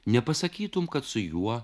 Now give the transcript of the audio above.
nepasakytum kad su juo